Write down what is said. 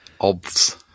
Obs